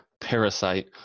*Parasite*